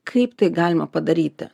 kaip tai galima padaryti